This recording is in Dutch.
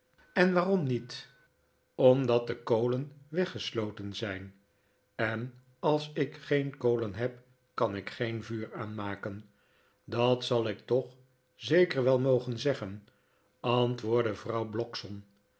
en waarom niet omdat de kolen weggesloten zijn en als ik geen kolen heb kan ik geen vuur aanmaken dat zal ik toch zeker wel mogen zeggen antwoordde vrouw